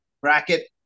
bracket